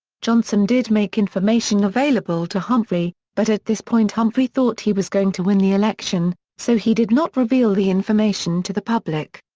johnson did make information available to humphrey, but at this point humphrey thought he was going to win the election, so he did not reveal the information to the public.